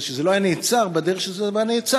או שזה לא היה נעצר בדרך שבה זה נעצר,